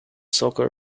soccer